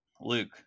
Luke